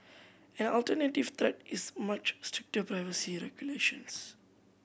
an alternative threat is much stricter privacy regulation